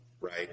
right